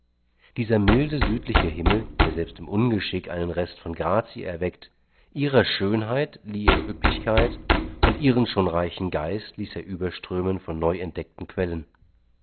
dieser milde südliche himmel der selbst im ungeschick einen rest von grazie erweckt ihrer schönheit lieh er üppigkeit und ihren schon reichen geist ließ er überströmen von neuentdeckten quellen